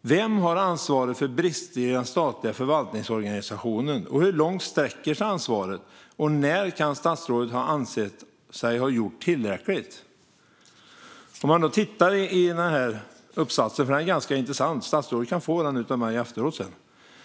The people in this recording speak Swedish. Vem har ansvaret för brister i den statliga förvaltningsorganisationen? Hur långt sträcker sig ansvaret, och när kan statsrådet ha ansett sig ha gjort tillräckligt? Uppsatsen är ganska intressant, och statsrådet kan få den av mig efter debatten.